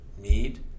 need